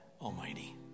Almighty